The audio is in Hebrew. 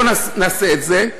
בואו נעשה את זה,